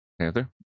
Panther